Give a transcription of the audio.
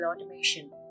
Automation